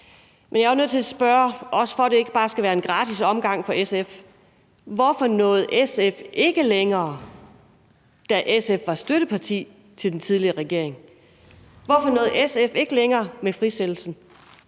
Men jeg er jo nødt til at spørge, også for at det ikke bare skal være en gratis omgang for SF: Hvorfor nåede SF ikke længere, da SF var støtteparti for den tidligere regering? Hvorfor nåede SF ikke længere med frisættelsen?